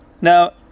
now